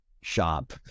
shop